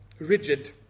rigid